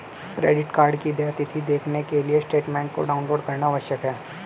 credit card की देय तिथी देखने के लिए स्टेटमेंट को डाउनलोड करना आवश्यक है